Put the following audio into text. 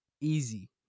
Easy